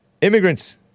Immigrants